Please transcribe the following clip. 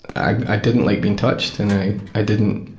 i didn't like being touched, and i i didn't.